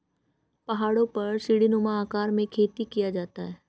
पहाड़ों पर सीढ़ीनुमा आकार में खेती किया जाता है